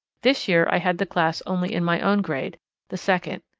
this year i had the class only in my own grade the second.